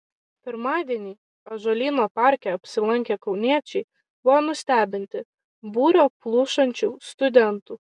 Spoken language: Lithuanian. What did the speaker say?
pirmadienį ąžuolyno parke apsilankę kauniečiai buvo nustebinti būrio plušančių studentų